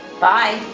Bye